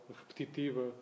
repetitiva